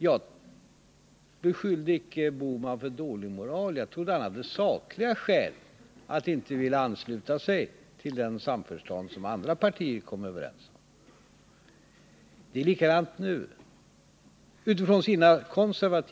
Jag beskyllde icke herr Bohman för dålig moral; jag trodde att han från sina konservativa utgångspunkter hade sakliga skäl för att inte vilja ansluta sig till det som andra partier kom överens om. Det är likadant nu.